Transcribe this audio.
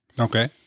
Okay